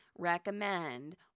recommend